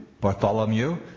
Bartholomew